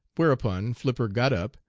whereupon flipper got up,